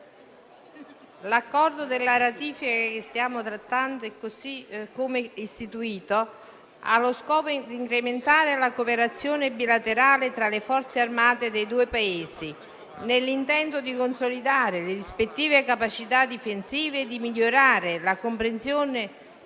l'Accordo la cui ratifica stiamo trattando, così come istituito, ha lo scopo di incrementare la cooperazione bilaterale tra le Forze armate dei due Paesi nell'intento di consolidare le rispettive capacità difensive e di migliorare la comprensione